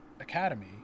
academy